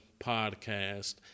podcast